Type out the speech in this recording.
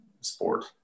sport